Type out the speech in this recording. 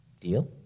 Deal